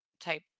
type